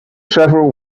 several